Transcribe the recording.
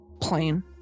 plain